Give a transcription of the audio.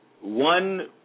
One